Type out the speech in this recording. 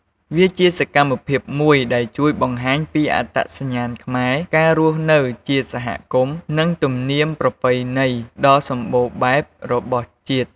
វាជាសកម្មភាពមួយដែលជួយបង្ហាញពីអត្តសញ្ញាណខ្មែរ ការរស់នៅជាសហគមន៍ និងទំនៀមប្រពៃណីដ៏សម្បូរបែបរបស់ជាតិ។